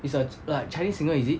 he's a like chinese singer is it